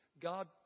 God